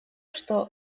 что